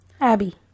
abby